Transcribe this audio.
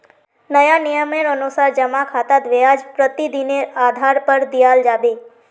नया नियमेर अनुसार जमा खातात ब्याज प्रतिदिनेर आधार पर दियाल जाबे